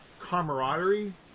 camaraderie